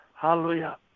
hallelujah